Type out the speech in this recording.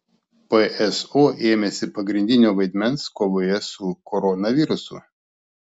pso ėmėsi pagrindinio vaidmens kovoje su koronavirusu